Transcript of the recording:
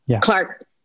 Clark